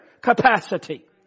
capacity